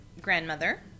grandmother